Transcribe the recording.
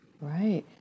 Right